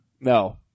No